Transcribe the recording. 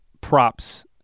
props